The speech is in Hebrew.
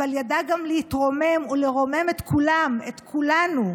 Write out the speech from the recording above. אבל ידע גם להתרומם ולרומם את כולם, את כולנו,